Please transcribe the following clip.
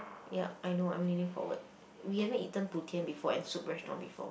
yup I know I'm leaning forward we haven't eaten Putien before and Soup Restaurant before